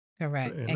Correct